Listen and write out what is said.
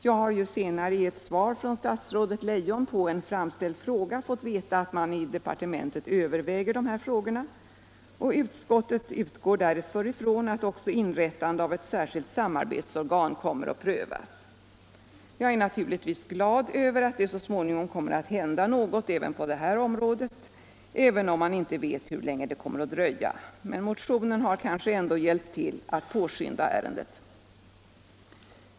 Jag har senare från statsrådet Leijon som svar på en framställd fråga fått veta att man i departementet överväger de här frågorna, och utskottet utgår därför ifrån att också frågan om inrättande av ett särskilt samarbetsorgan kommer att prövas. Jag är naturligtvis glad över att det så småningom kommer att hända något även på detta område, även om man inte vet hur länge det kommer att dröja. Men motionen har kanske ändå hjälpt till att skynda på ärendet.